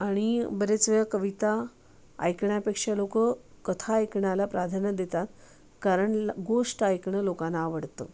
आणि बरेच वेळ कविता ऐकण्यापेक्षा लोक कथा ऐकण्याला प्राधान्य देतात कारण गोष्ट ऐकणं लोकांना आवडतं